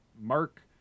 Mark